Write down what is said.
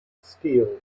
steel